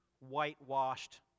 whitewashed